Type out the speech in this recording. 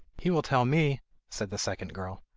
he will tell me said the second girl.